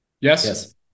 yes